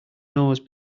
nose